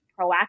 proactive